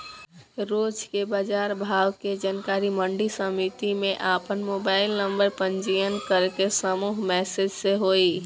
रोज के बाजार भाव के जानकारी मंडी समिति में आपन मोबाइल नंबर पंजीयन करके समूह मैसेज से होई?